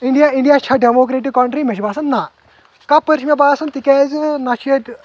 India India چھےٚ democratic country مےٚ چھُ باسان نہ کپٲرۍ چھ مےٚ باسان تِکیٛازِ نہ چھُ ییٚتہِ